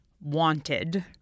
wanted